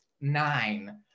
nine